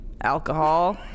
Alcohol